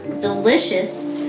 Delicious